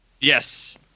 Yes